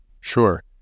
Sure